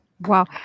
wow